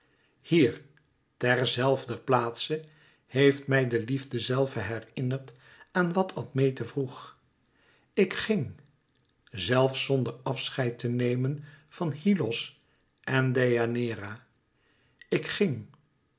hier ter zelfder plaatse heeft mij de liefde zelve herinnerd aan wat admete vroeg ik ging zelfs zonder afscheid te nemen van hyllos en deianeira ik ging